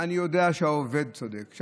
אני יודע שהעובד צודק.